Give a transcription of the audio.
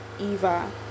Eva